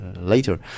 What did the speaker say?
later